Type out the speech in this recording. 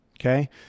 okay